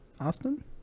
Austin